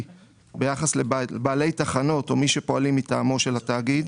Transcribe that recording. ביחס לבעלי תחנות או מי שפועלים מטעמו של התאגיד.